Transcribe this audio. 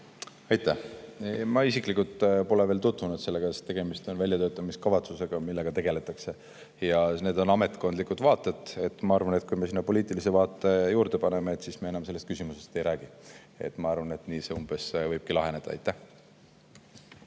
Aitäh! Ma isiklikult pole veel sellega tutvunud, sest tegemist on väljatöötamiskavatsusega, millega tegeldakse. Need on ametkondlikud vaated. Ma arvan, et kui me sinna poliitilise vaate juurde paneme, siis me enam sellest küsimusest ei räägi. Ma arvan, et umbes nii see võibki laheneda. Aitäh!